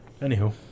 anywho